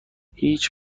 هیچ